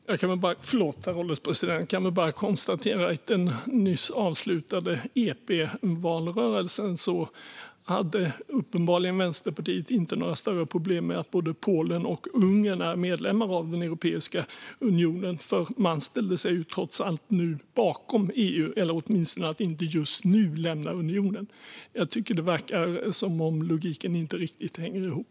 Herr ålderspresident! Jag kan bara konstatera att i den nyss avslutade EP-valrörelsen hade Vänsterpartiet uppenbarligen inga större problem med att både Polen och Ungern är medlemmar i Europeiska unionen. Man ställde sig ju trots allt nu bakom EU eller sa åtminstone att man inte just nu ville lämna unionen. Det verkar som om logiken inte riktigt hänger ihop.